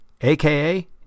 aka